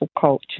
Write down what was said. culture